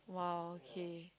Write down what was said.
!wow! okay